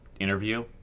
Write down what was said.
Interview